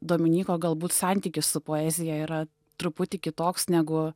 dominyko galbūt santykis su poezija yra truputį kitoks negu